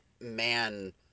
man